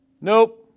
Nope